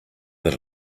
that